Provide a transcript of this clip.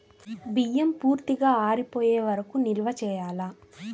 బియ్యం పూర్తిగా ఆరిపోయే వరకు నిల్వ చేయాలా?